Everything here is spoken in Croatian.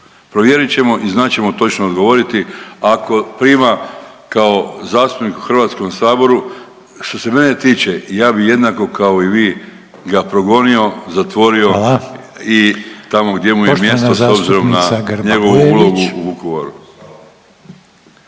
Provjerit ćemo i znat ćemo točno odgovoriti ako prima kao zastupnik u Hrvatskom saboru. Što se mene tiče ja bih jednako kao i vi ga progonio, zatvorio … …/Upadica Reiner: Hvala./… … i tamo gdje mu je mjesto s obzirom na njegovu ulogu u Vukovaru.